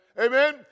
Amen